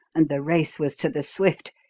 and the race was to the swift.